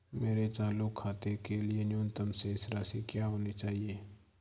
मेरे चालू खाते के लिए न्यूनतम शेष राशि क्या होनी चाहिए?